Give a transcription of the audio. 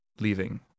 leaving